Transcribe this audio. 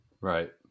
Right